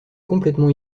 complètement